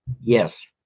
Yes